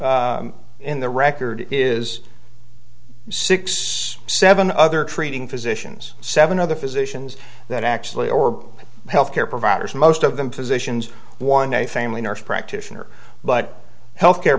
have in the record is six seven other treating physicians seven other physicians that actually or health care providers most of them physicians one a family nurse practitioner but health care